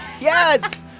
Yes